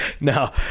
No